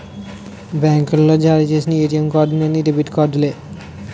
బ్యాంకులు జారీ చేసి ఏటీఎం కార్డు అన్ని డెబిట్ కార్డులే